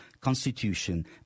Constitution